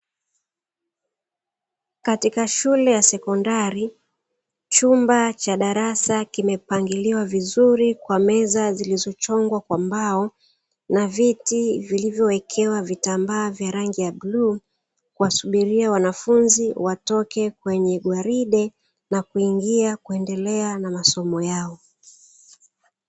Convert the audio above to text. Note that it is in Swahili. Katika shule ya sekondari Chumba cha darasa kimepangiwa vizuri kwa meza zilizochongwa kwa mbao na viti vilivyowekewa vitambaa vya rangi ya bluu kuwasubiria wanafunzi watoke kwenye gwaride na kuingia kuendelea na masomo yao.